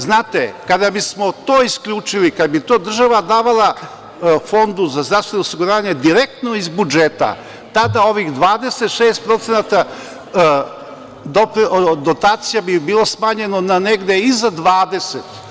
Znate, kada bi smo to isključili, kada bi to država davala Fondu za zdravstveno osiguranje direktno iz budžeta, tada ovih 26% dotacija bi bilo smanjeno na negde iza 20%